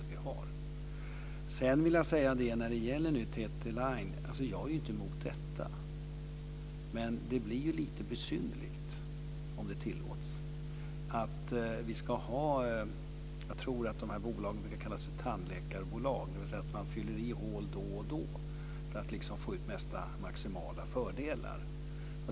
Det sker redan i dag med det stöd vi har. Jag är inte emot detta när det gäller TT-Line. Det blir lite besynnerligt om s.k. tandläkarbolag ska tillåtas, dvs. att hål fylls i då och då för att få ut maximala fördelar.